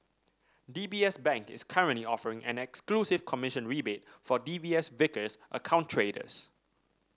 D B S Bank is currently offering an exclusive commission rebate for D B S Vickers account traders